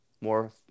more